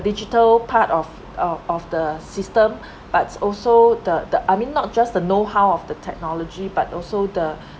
digital part of of the system but also the the I mean not just the know-how of the technology but also the